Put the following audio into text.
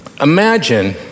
Imagine